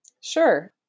Sure